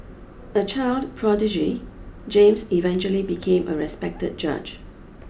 a child prodigy James eventually became a respected judge